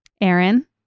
Aaron